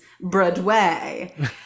Broadway